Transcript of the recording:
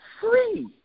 free